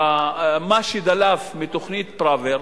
במה שדלף מתוכנית פראוור,